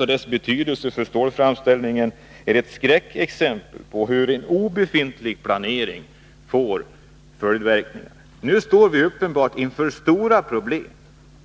Skrotets betydelse för järnframställningen är ett skräckexempel på följdverkningarna av en obefintlig planering. Nu står vi uppenbart inför stora problem.